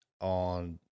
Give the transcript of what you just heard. on